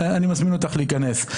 אני מזמין אותך להיכנס.